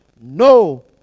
No